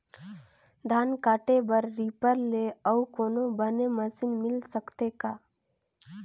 धान काटे बर रीपर ले अउ कोनो बने मशीन मिल सकथे का?